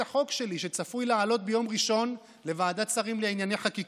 את החוק שלי שצפוי לעלות ביום ראשון בוועדת שרים לענייני חקיקה,